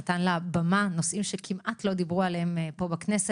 כאן ונתן במה לנושאים שכמעט ולא דיברו עליהם בכנסת,